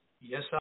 Yes